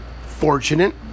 fortunate